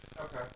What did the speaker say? Okay